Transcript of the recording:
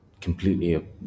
completely